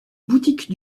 boutique